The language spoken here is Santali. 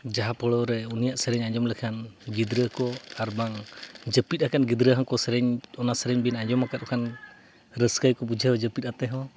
ᱡᱟᱦᱟᱸ ᱯᱳᱲᱳ ᱨᱮ ᱩᱱᱤᱭᱟᱜ ᱥᱮᱨᱮᱧ ᱟᱸᱡᱚᱢ ᱞᱮᱠᱷᱟᱱ ᱜᱤᱫᱽᱨᱟᱹ ᱠᱚ ᱟᱨ ᱵᱟᱝ ᱡᱟᱹᱯᱤᱫ ᱟᱠᱟᱱ ᱜᱤᱫᱽᱨᱟᱹ ᱦᱚᱸᱠᱚ ᱥᱮᱨᱮᱧ ᱚᱱᱟ ᱥᱮᱨᱮᱧ ᱵᱤᱱ ᱟᱸᱡᱚᱢ ᱟᱠᱟᱫ ᱠᱷᱟᱱ ᱨᱟᱹᱥᱠᱟᱹ ᱜᱮᱠᱚ ᱵᱩᱡᱷᱟᱹᱣᱟ ᱡᱟᱹᱯᱤᱫ ᱠᱟᱛᱮᱫ ᱦᱚᱸ